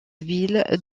ville